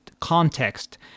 context